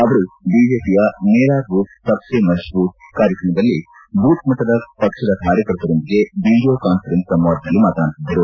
ಅವರು ಬಿಜೆಪಿಯ ಮೇರಾ ಬೂತ್ ಸಬ್ ಸೆ ಮಜ್ಜೂತ್ ಕಾರ್ಯಕ್ರಮದಲ್ಲಿ ಬೂತ್ ಮಟ್ಟದ ಪಕ್ಷದ ಕಾರ್ಯಕರ್ತರೊಂದಿಗೆ ವಿಡೀಯೋ ಕಾನ್ಫರೇನ್ಸಿಂಗ್ ಸಂವಾದದಲ್ಲಿ ಮಾತನಾಡುತ್ತಿದ್ದರು